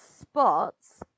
spots